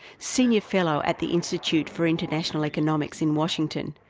senior fellow at the institute for international economics in washington,